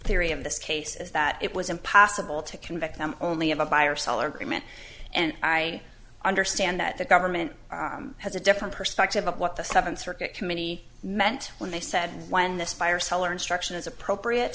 theory of this case is that it was impossible to convict them only of a buyer seller comment and i understand that the government has a different perspective of what the seventh circuit committee meant when they said when this buyer seller instruction is appropriate